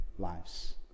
lives